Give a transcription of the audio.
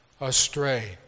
astray